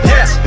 Yes